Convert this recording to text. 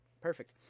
Perfect